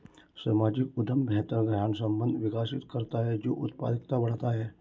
सामाजिक उद्यम बेहतर ग्राहक संबंध विकसित करता है और उत्पादकता बढ़ाता है